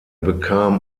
bekam